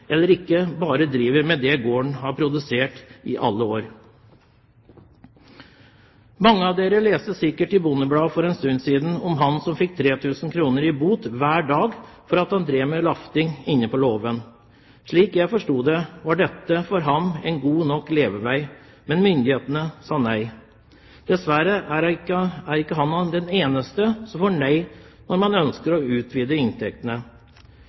eller ikke bare driver med det gården har produsert i alle år. Mange leste sikkert i Bondebladet for en stund siden om han som fikk 3 000 kr i bot hver dag for at han drev med lafting inne på låven. Slik jeg forsto det, var dette en god nok levevei for ham, men myndighetene sa nei. Dessverre er ikke han den eneste som får nei, når man ønsker å utvide inntektene.